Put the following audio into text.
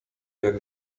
jak